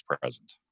present